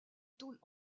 tôles